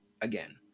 again